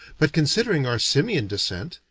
but considering our simian descent,